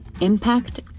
impact